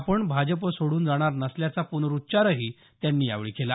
आपण भाजप सोडून जाणार नसल्याचा पुनरुच्चारही त्यांनी यावेळी केला